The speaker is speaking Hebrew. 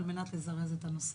על מנת לזרז את הנושא.